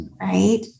right